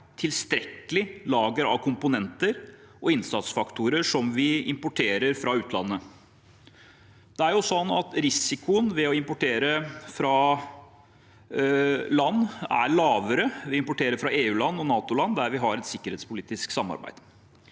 tilstrekkelig lager av komponenter og innsatsfaktorer som vi importerer fra utlandet. Risikoen ved å importere fra utlandet er lavere ved å importere fra EU-land og NATO-land der vi har et sikkerhetspolitisk samarbeid.